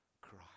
cry